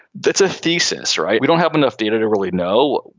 that's a thesis, right? we don't have enough data to really know.